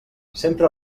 sempre